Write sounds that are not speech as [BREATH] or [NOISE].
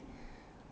[BREATH]